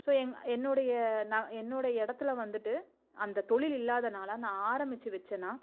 so எங் என்னுடைய நான் என்னுடைய இடத்துல வந்துட்டு அந்த தொழில் இல்லாதனால் நான் ஆரம்பிச்சி வச்சேன்னா